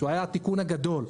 שהיה התיקון הגדול,